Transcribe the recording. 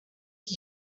die